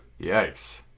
Yikes